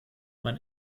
man